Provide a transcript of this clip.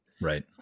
Right